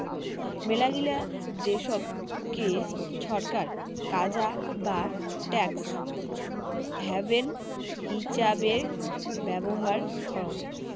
মেলাগিলা দেশতকে ছরকার কাজা বা ট্যাক্স হ্যাভেন হিচাবে ব্যবহার করং